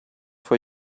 for